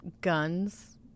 guns